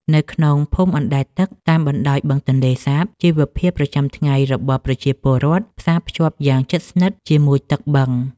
នៅក្នុងភូមិអណ្តែតទឹកតាមបណ្តោយបឹងទន្លេសាប ជីវភាពប្រចាំថ្ងៃរបស់ប្រជាពលរដ្ឋផ្សារភ្ជាប់យ៉ាងជិតស្និទ្ធជាមួយទឹកបឹង។